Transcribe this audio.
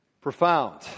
profound